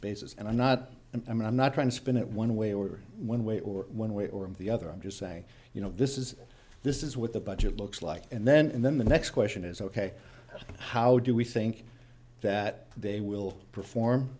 basis and i'm not and i'm not trying to spin it one way or one way or one way or the other i'm just saying you know this is this is what the budget looks like and then and then the next question is ok how do we think that they will perform